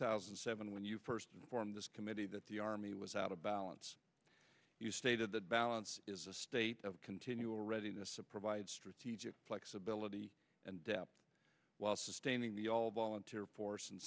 thousand and seven when you first informed this committee that the army was out of balance you stated that balance is a state of continual readiness to provide strategic flexibility and depth while sustaining the all volunteer force and